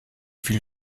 viel